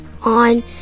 on